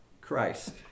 Christ